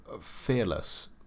fearless